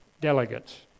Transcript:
delegates